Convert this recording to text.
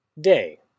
day